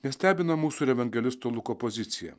nestebina mūsų ir evangelisto luko pozicija